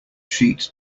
sheet